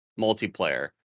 multiplayer